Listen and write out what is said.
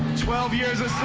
twelve years a